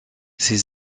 ses